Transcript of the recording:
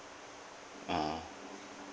(uh huh)